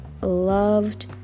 loved